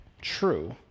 true